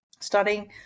Studying